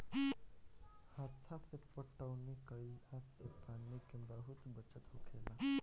हत्था से पटौनी कईला से पानी के बहुत बचत होखेला